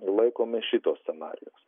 laikomės šito scenarijaus